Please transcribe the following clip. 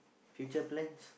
future plans